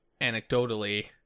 anecdotally